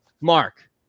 Mark